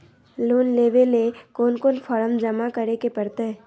Loan लेवे ले कोन कोन फॉर्म जमा करे परते?